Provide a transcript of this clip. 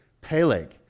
Peleg